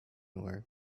were